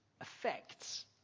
effects